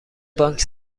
بانک